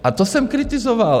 A to jsem kritizoval.